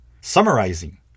Summarizing